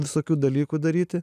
visokių dalykų daryti